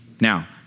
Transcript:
Now